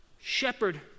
shepherd